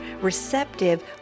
receptive